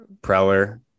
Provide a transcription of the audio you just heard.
Preller